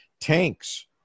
Tanks